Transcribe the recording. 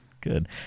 Good